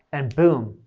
and boom,